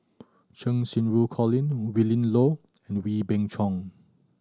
Cheng Xinru Colin Willin Low Wee Beng Chong